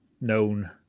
known